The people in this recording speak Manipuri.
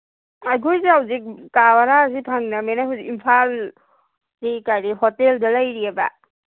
ꯑꯩꯈꯣꯏꯁꯤ ꯍꯧꯖꯤꯛ ꯀꯥ ꯚꯔꯥꯁꯤ ꯐꯪꯗꯝꯅꯤꯅ ꯍꯧꯖꯤꯛ ꯏꯝꯐꯥꯜꯒꯤ ꯍꯣꯇꯦꯜꯗ ꯂꯩꯔꯤꯌꯦꯕ